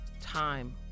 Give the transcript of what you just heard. time